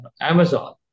Amazon